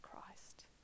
Christ